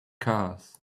cars